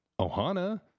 Ohana